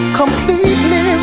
completely